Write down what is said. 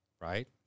right